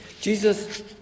Jesus